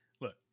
Look